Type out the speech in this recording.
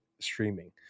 streaming